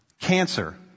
Cancer